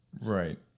right